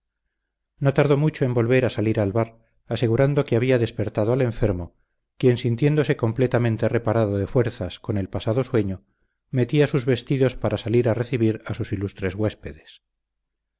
no tardó mucho en volver a salir alvar asegurando que había despertado al enfermo quien sintiéndose completamente reparado de fuerzas con el pasado sueño metía sus vestidos para salir a recibir a sus ilustres huéspedes